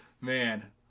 man